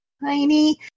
tiny